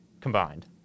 combined